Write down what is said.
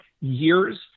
years